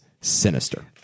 sinister